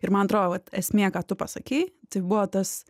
ir man atrodo vat esmė ką tu pasakei tai buvo tas